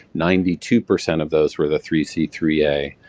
ninety two percent of those were the three c three a.